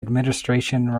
admission